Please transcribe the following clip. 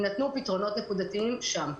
יינתנו פתרונות נקודתיים שם.